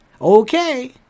Okay